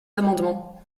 amendement